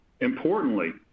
Importantly